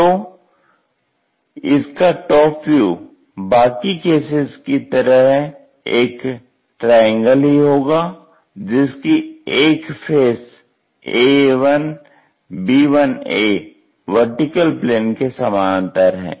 तो इसका top view बाकि केसेज कि तरह एक ट्राइंगल ही होगा जिसकी एक फेस AA1B1A वर्टिकल प्लेन के समानांतर है